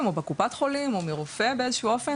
או בקופת חולים או מרופא באיזשהו אופן.